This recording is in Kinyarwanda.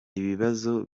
ibibazo